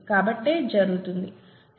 కాబట్టే ఇది జరుగుతుంది